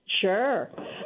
Sure